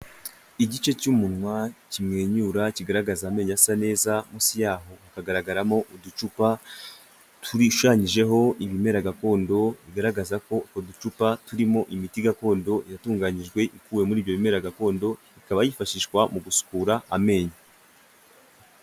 Igice cy'umunwa kimwenyura kigaragaza amenyo asa neza, munsi yaho hagaragaramo uducupa dushushanyijeho ibimera gakondo bigaragaza ko uducupa turimo imiti gakondo yatunganyijwe ikuwe muri ibyo bimera gakondo, ikaba yifashishwa mu gukura amenyo.